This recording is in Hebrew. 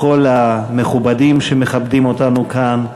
לכל המכובדים שמכבדים אותנו כאן,